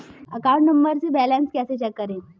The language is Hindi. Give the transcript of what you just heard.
अकाउंट नंबर से बैलेंस कैसे चेक करें?